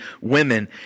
women